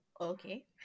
okay